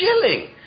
chilling